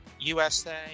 USA